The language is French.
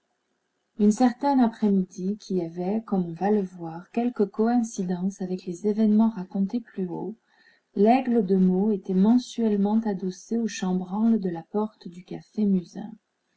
une certaine après-midi qui avait comme on va le voir quelque coïncidence avec les événements racontés plus haut laigle de meaux était mensuellement adossé au chambranle de la porte du café musain